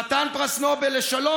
חתן פרס נובל לשלום,